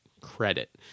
credit